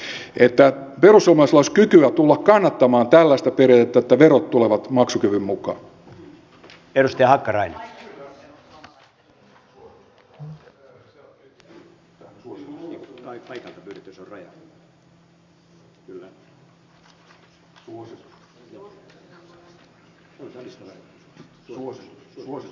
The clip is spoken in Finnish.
joo että perussuomalaisilla olisi kykyä tulla kannattamaan tällaista periaatetta että verot tulevat maksukyvyn mukaan